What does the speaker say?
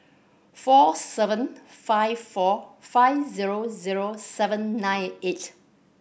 four seven five four five zero zero seven nine eight